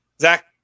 Zach